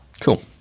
Cool